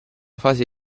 fase